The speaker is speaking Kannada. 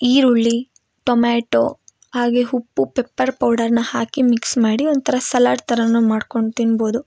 ಈರುಳ್ಳಿ ಟೊಮ್ಯಾಟೊ ಹಾಗೇ ಉಪ್ಪು ಪೆಪ್ಪರ್ ಪೌಡರ್ನ ಹಾಕಿ ಮಿಕ್ಸ್ ಮಾಡಿ ಒಂಥರ ಸಲಾಡ್ ಥರನು ಮಾಡ್ಕೊಂಡು ತಿನ್ಬೋದು